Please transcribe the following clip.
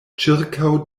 ĉirkaŭ